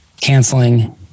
canceling